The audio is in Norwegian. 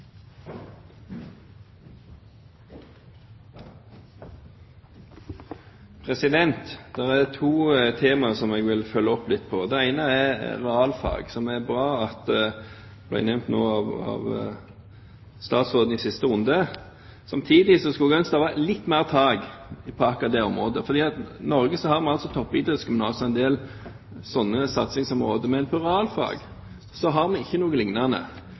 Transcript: Det er bra at det ble nevnt av statsråden nå i siste runde. Samtidig skulle jeg ønske at det ble tatt litt mer tak i akkurat det området. I Norge har vi toppidrettsgymnasene og en del slike satsingsområder, men når det gjelder realfag, har vi ikke noe lignende.